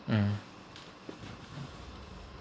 mm